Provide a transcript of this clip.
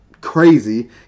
crazy